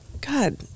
God